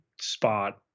spot